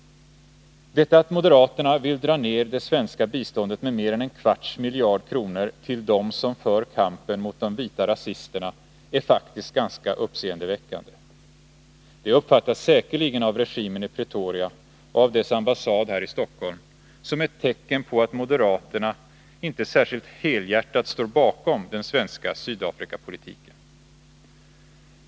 Detta att moderaterna med mer än en kvarts miljard kronor vill dra ned det svenska biståndet till dem som för kampen mot de vita rasisterna är faktiskt ganska uppseendeväckande. Det uppfattas säkerligen av regimen i Pretoria och av dess ambassad här i Stockholm som ett tecken på att moderaterna inte särskilt helhjärtat står bakom den svenska Sydafrikapolitiken.